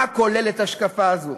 מה כוללת השקפה זו?